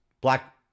Black